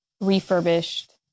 refurbished